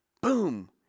boom